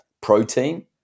protein